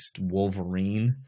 Wolverine